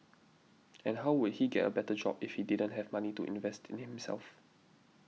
and how would he get a better job if he didn't have money to invest in himself